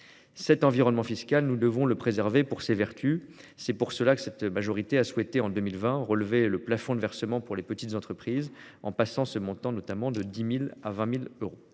Cet environnement fiscal, nous devons le préserver pour ses vertus. C'est pour cela que cette majorité a souhaité, en 2020, relever le plafond de versements pour les petites entreprises, en portant ce montant de 10 000 euros à 20 000 euros.